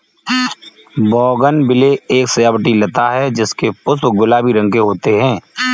bougainvillea एक सजावटी लता है जिसके पुष्प गुलाबी रंग के होते है